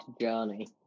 journey